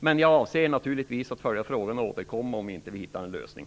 Men jag avser naturligtvis att följa frågan och återkomma om vi inte hittar någon lösning.